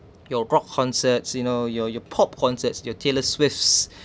your rock concerts you know your your pop concerts your taylor swift's